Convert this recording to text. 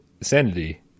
Sanity